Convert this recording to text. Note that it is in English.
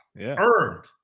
earned